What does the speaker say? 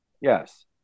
yes